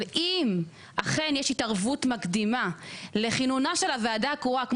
אבל אם אכן יש התערבות מקדימה לכינונה של הוועדה הקרואה,